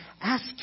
ask